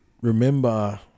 remember